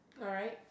alright